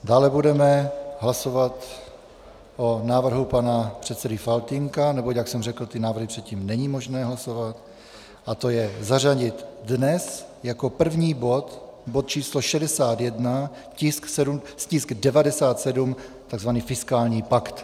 Dále budeme hlasovat o návrhu pana předsedy Faltýnka, neboť, jak jsem řekl, návrhy předtím není možné hlasovat, a to je zařadit dnes jako první bod bod 61, tisk 97, takzvaný fiskální pakt.